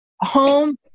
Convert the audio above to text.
home